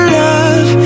love